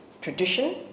tradition